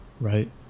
right